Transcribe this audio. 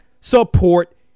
support